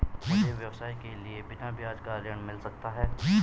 मुझे व्यवसाय के लिए बिना ब्याज का ऋण मिल सकता है?